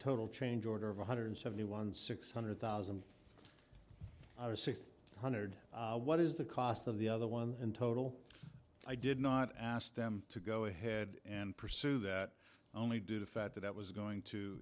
total change order of one hundred seventy one six hundred thousand or six hundred what is the cost of the other one in total i did not ask them to go ahead and pursue that only do the fact that it was going to